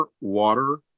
water